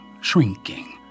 shrinking